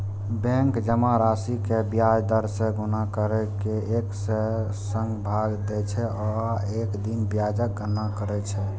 bank जमा राशि कें ब्याज दर सं गुना करि कें एक सय सं भाग दै छै आ एक दिन ब्याजक गणना करै छै